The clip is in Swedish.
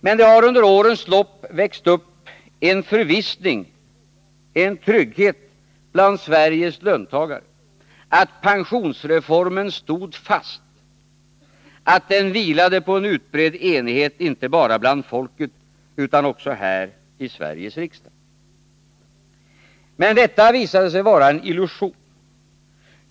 Men det har under årens lopp växt upp en förvissning, en trygghet bland Sveriges löntagare om att pensionsreformen stod fast, att den vilade på en utbredd enighet inte bara bland folket utan också här i Sveriges riksdag. Men detta visade sig vara en illusion.